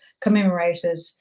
commemorated